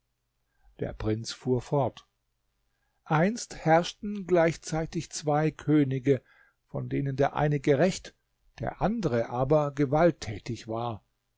der prinz fuhr fort einst herrschten gleichzeitig zwei könige von denen der eine gerecht der andere aber gewalttätig war